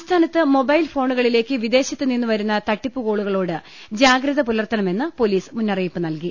സംസ്ഥാനത്ത് മൊബൈൽ ഫോണുകളിലേക്ക് വിദേശത്തുനിന്ന് വരുന്ന തട്ടിപ്പുകോളുകളോട് ജാഗ്രത പുലർത്തണമെന്ന് പൊലീസ് മുന്ന റിയിപ്പ് നൽകി